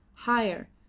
higher,